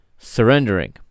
Surrendering